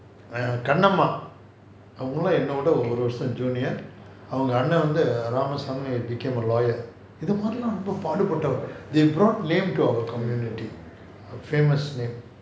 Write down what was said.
kannamma அவங்களாம் என்னோட ஒரு வருஷம்:avangalaam ennoda oru varusham junior அவங்க ஆனா வந்து:avanga aanaa vanthu ramasamy became a lawyer இது மாரி லாம் ரொம்ப சாப்பாடு பாத்தவங்க:ithu maari laam romba saapaadu paathavanga they brought name to our community famous name